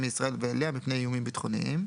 מישראל ואליה מפני איומים ביטחוניים.